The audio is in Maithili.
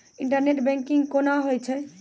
इंटरनेट बैंकिंग कोना होय छै?